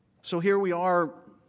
so here we are,